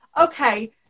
okay